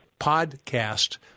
podcast